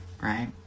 right